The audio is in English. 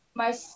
mas